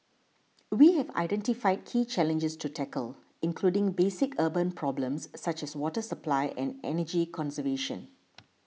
we have identified key challenges to tackle including basic urban problems such as water supply and energy conservation